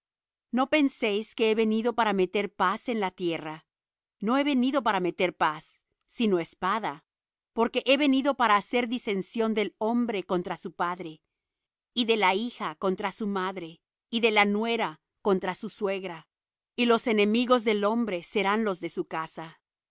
no penséis que he venido para meter paz en la tierra no he venido para meter paz sino espada porque he venido para hacer disensión del hombre contra su padre y de la hija contra su madre y de la nuera contra su suegra y los enemigos del hombre serán los de su casa